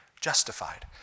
justified